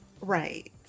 Right